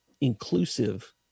inclusive